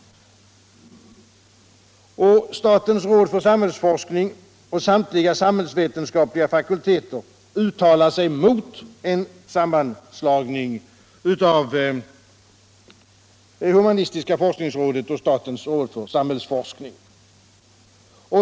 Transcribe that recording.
Statens råd för samhällsforskning och samtliga samhällsvetenskapliga fakulteter uttalar sig mot en sammanslagning av det humanistiska forskningsrådet och statens råd för samhällsforskning.